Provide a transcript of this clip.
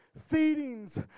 Feedings